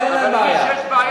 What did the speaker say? אבל מי שיש לו בעיה,